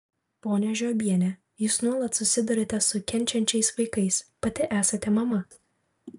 ponia žiobiene jūs nuolat susiduriate su kenčiančiais vaikais pati esate mama